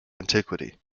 antiquity